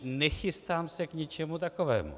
Nechystám se k ničemu takovému.